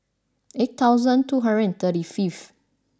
eight thousand two hundred and thirty fifth